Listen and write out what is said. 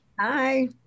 Hi